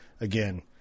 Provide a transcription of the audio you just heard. again